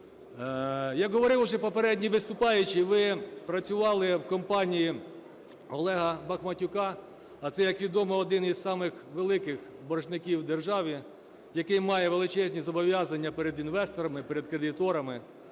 як говорив вже попередній виступаючий, ви працювали в компанії Олега Бахматюка, а це, як відомо, один із самих великих боржників у державі, який має величезні зобов'язання перед інвесторами, перед кредиторами.